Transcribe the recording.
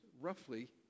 roughly